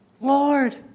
Lord